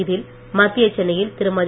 இதில் மத்திய சென்னையில் திருமதி